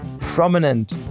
prominent